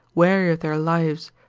weary of their lives,